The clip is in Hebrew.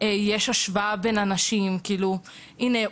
״הנה,